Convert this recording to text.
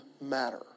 matter